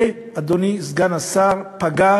אדוני סגן השר, זה פגע